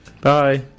Bye